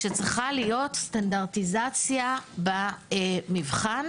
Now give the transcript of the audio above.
שצריכה להיות סטנדרטיזציה במבחן,